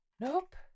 Nope